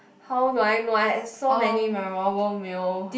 how do I know I had so many memorable meal